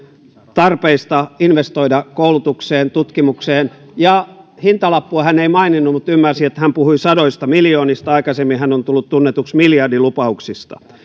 tarpeista investoida koulutukseen tutkimukseen ja hintalappua hän ei maininnut mutta ymmärsin että hän puhui sadoista miljoonista aikaisemmin hän on tullut tunnetuksi miljardilupauksista